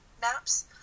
maps